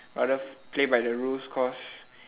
rather play by the rules cause